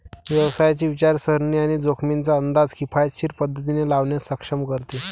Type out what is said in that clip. व्यवसायाची विचारसरणी आणि जोखमींचा अंदाज किफायतशीर पद्धतीने लावण्यास सक्षम करते